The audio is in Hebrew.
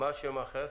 בשם אחר.